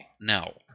No